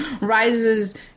rises